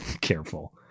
Careful